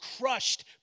crushed